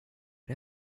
but